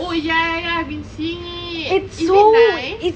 oh ya ya ya I've been seeing it is it nice